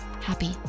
happy